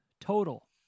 Total